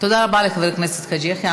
תודה רבה לחבר הכנסת חאג' יחיא.